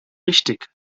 richtig